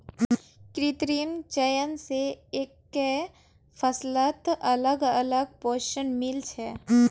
कृत्रिम चयन स एकके फसलत अलग अलग पोषण मिल छे